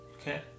Okay